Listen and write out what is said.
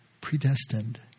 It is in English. predestined